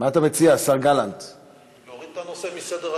מה אתה מציע, השר גלנט?